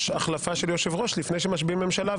החלפה של יושב-ראש לפני שמשביעים ממשלה,